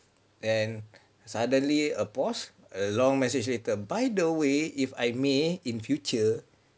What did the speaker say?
and suddenly a pause a long message later by the way if I may in future